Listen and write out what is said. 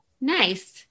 Nice